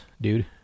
dude